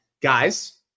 guys